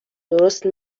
درست